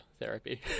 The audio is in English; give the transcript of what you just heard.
therapy